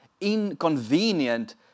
inconvenient